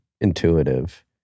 intuitive